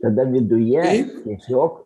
tada viduje tiesiog